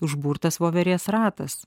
užburtas voverės ratas